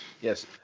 Yes